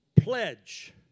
pledge